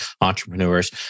entrepreneurs